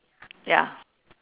ya